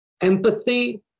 empathy